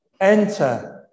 enter